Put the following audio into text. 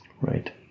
Right